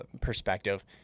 perspective